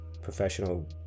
professional